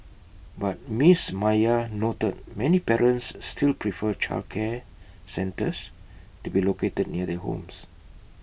but miss Maya noted many parents still prefer childcare centres to be located near their homes